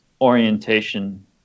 orientation